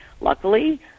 Luckily